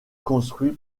construit